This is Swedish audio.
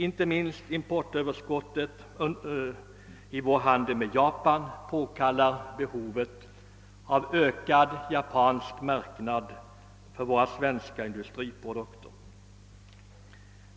Inte minst importöverskottet i vår handel med Japan visar att det finns behov av en ökad andel i den japanska marknaden för våra svenska industriprodukter.